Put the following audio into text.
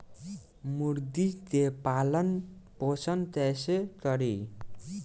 मुर्गी के पालन पोषण कैसे करी?